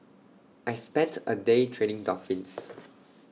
I spent A day training dolphins